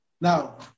Now